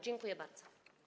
Dziękuję bardzo.